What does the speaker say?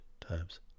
times